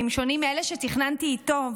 שונים מאלה שתכננתי איתו,